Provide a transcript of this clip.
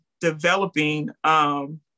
developing